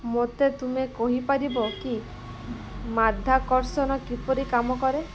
ମୋତେ ତୁମେ କହିପାରିବ କି ମାଧ୍ୟାକର୍ଷଣ କିପରି କାମ କରେ